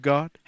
God